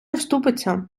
вступиться